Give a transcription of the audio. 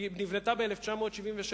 היא נבנתה ב-1976,